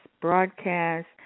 broadcast